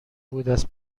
بوداز